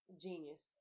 Genius